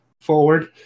forward